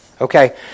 Okay